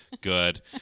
good